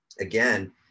Again